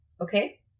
Okay